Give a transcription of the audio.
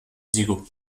diego